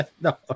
No